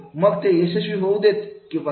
मग ते यशस्वी होऊ देत किंवा नाही